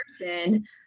person